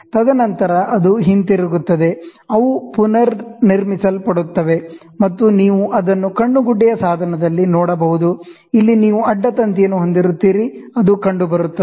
ತದನಂತರ ಅದು ಹಿಂತಿರುಗುತ್ತದೆ ಅವು ಪುನರ್ನಿರ್ಮಿಸಲ್ಪಡುತ್ತವೆ ಮತ್ತು ನೀವು ಅದನ್ನು ಐ ಪೀಸ್ ಸಾಧನದಲ್ಲಿ ನೋಡಬಹುದು ಇಲ್ಲಿ ನೀವು ಅಡ್ಡ ತಂತಿಯನ್ನು ಹೊಂದಿರುತ್ತೀರಿ ಅದು ಕಂಡುಬರುತ್ತದೆ